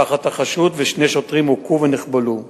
משפחת החשוד ושני שוטרים הוכו ונחבלו.